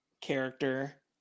character